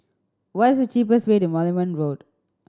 what is the cheapest way to Moulmein Road